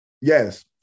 Yes